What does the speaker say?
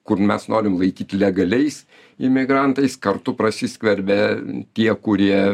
kur mes norim laikyt legaliais imigrantais kartu prasiskverbia tie kurie